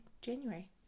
january